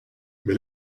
mais